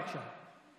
בבקשה.